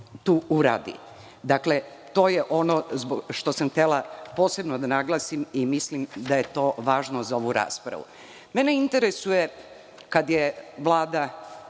tu uradi. Dakle, to je ono što sam htela posebno da naglasim i mislim da je to važno za ovu raspravu. Mene interesuje, kada je Vlada